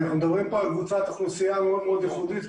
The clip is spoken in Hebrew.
אנחנו מדברים כאן על קבוצת אוכלוסייה מאוד מאוד איכותית,